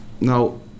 now